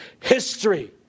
history